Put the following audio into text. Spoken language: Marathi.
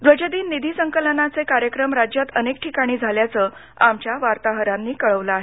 ध्वजदिन निधी संकलनाचे कार्यक्रम राज्यात अनेक ठिकाणी झाल्याचं आमच्या वार्ताहरांनी कळवलं आहे